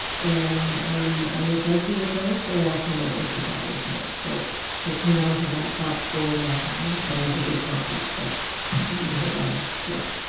and um i know casper will tell us, but i also know that mr dodd will tell us. so let's hang on to that thought for now. i know it's always a good conference, but we need to hold on so.